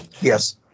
Yes